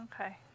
Okay